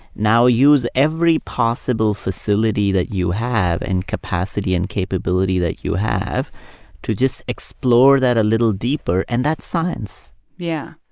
now, use every possible facility that you have and capacity and capability that you have to just explore that a little deeper, and that's science yeah.